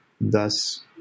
thus